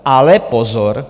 Ale pozor!